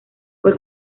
fue